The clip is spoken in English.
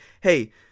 Hey